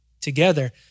together